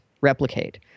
replicate